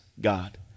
God